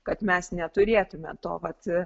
kad mes neturėtume to vat